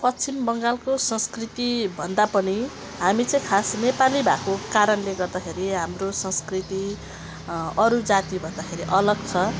पश्चिम बङ्गालको संस्कृति भन्दा पनि हामी चाहिँ खास नेपाली भएको कारणले गर्दाखेरि हाम्रो संस्कृति अरू जातिभन्दाखेरि अलग छ